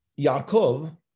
Yaakov